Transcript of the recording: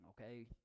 okay